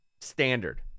standard